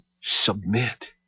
submit